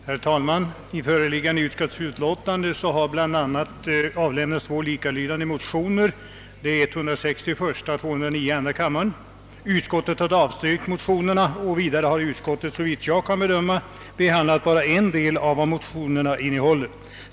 Herr talman! I bankoutskottets förevarande utlåtande nr 30 behandlas bl.a. de två likalydande motionerna I:166 och II: 209. Utskottet har avstyrkt bifall till dessa motioner. Såvitt jag kan bedöma har utskottet behandlat bara en del av det som motionerna innehåller.